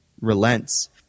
relents